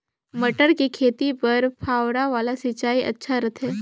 मटर के खेती बर फव्वारा वाला सिंचाई अच्छा रथे?